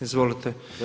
Izvolite.